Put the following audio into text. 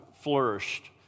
flourished